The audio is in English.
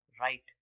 right